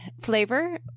flavor